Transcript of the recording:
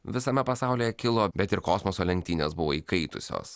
visame pasaulyje kilo bet ir kosmoso lenktynės buvo įkaitusios